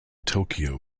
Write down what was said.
tokyo